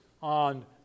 on